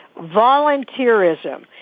Volunteerism